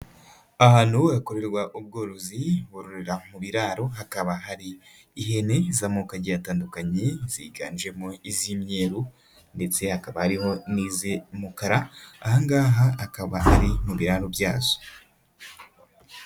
Ahantu ho hakorerwa ubworozi bororera mu biraro, hakaba hari ihene z'amoko agiye atandukanye, ziganjemo iz'imyeru ndetse hakaba harimo n'iz'umukara, aha ngaha hakaba ari mu biraro byazo.